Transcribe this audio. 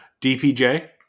DPJ